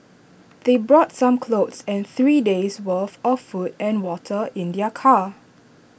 they brought some clothes and three days' worth of food and water in their car